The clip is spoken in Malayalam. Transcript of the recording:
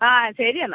ആ ശരി എന്നാൽ